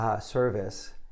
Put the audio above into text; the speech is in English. service